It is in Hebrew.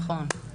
נכון.